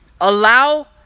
allow